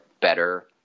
better